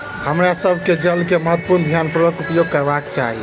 हमरा सभ के जल के बहुत ध्यानपूर्वक उपयोग करबाक चाही